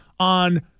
on